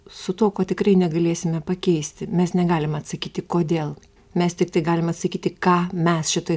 su tuo ko tikrai negalėsime pakeisti mes negalim atsakyti kodėl mes tiktai galim atsakyti ką mes šitoj